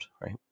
right